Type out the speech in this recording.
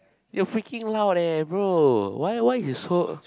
you're freaking loud eh bro why why you so